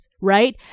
right